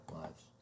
lives